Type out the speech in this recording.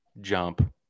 jump